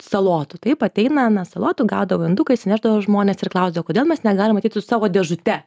salotų taip ateina na salotų gaudavo induką išsinešdavo žmonės ir klausdavo kodėl mes negalim ateit su savo dėžute